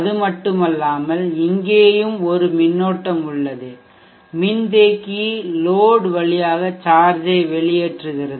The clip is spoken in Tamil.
அது மட்டுமல்லாமல் இங்கேயும் ஒரு மின்னோட்டம் உள்ளது மின்தேக்கி லோட் வழியாக சார்ஜை வெளியேற்றுகிறது